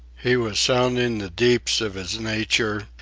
he was sounding the deeps of his nature,